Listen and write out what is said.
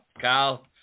Kyle